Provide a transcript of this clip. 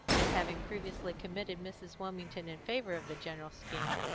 and having previously committed mrs. wilmington in favour of the general scheme,